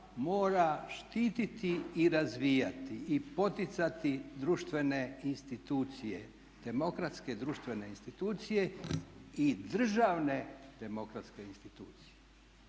mora štititi i razvijati i poticati društvene institucije, demokratske društvene institucija i državne demokratske institucije.